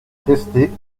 tester